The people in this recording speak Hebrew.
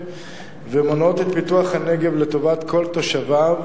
ומונעות את פיתוח הנגב לטובת כל תושביו,